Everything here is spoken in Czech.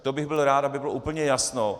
To bych byl rád, aby bylo úplně jasno.